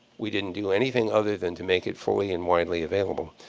we didn't do anything other than to make it fully and widely available.